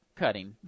cutting